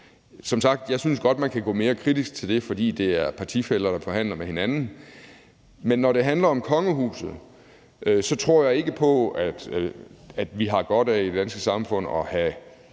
Som sagt synes jeg godt, at man kan gå mere kritisk til det, fordi det er partifæller, der forhandler med hinanden. Men når det handler om kongehuset, tror jeg ikke på, at vi har godt af i det danske samfund at have